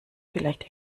vielleicht